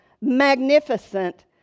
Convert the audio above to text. magnificent